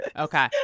Okay